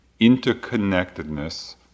interconnectedness